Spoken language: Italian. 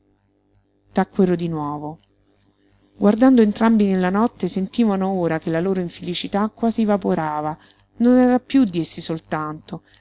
ricordo tacquero di nuovo guardando entrambi nella notte sentivano ora che la loro infelicità quasi vaporava non era piú di essi soltanto